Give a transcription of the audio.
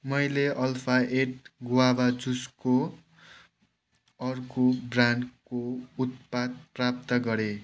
मैले alpha eight ग्वाभा जुसको अर्को ब्रान्डको उत्पाद प्राप्त गरेँ